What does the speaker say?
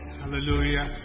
hallelujah